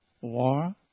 war